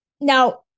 Now